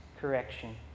correction